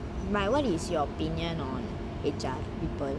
but what is your opinion on H_R people